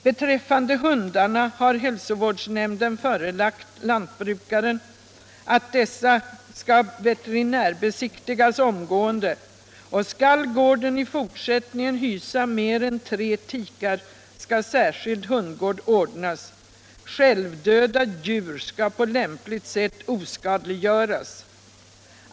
” Beträffande hundarna har häslovårdsnämnden förelagt lantbrukaren att dessa skall veterinärbesiktigas omgående, och skall gården i fortsättningen hysa mer än tre tikar skall särskild hundgård ordnas. Självdöda djur skall på lämpligt sätt oskadliggöras.